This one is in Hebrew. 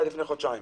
עד לפני חודשיים.